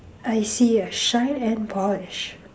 I see a shine and polish